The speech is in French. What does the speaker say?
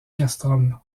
castrum